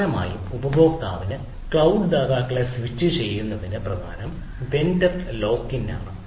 പ്രധാനമായും ഉപഭോക്താവിന് ക്ലൌഡ് ദാതാക്കളെ സ്വിച്ചുചെയ്യുന്നതിന് പ്രധാനം വെണ്ടർ ലോക്ക് ഇൻ ആണ്